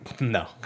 No